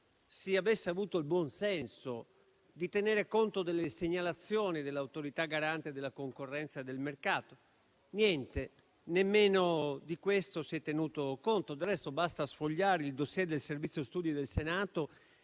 si avesse avuto il buon senso di tener conto delle segnalazioni dell'Autorità garante della concorrenza e del mercato; niente, nemmeno di questo si è tenuto conto. Del resto, basta sfogliare il *dossier* del Servizio studi del Senato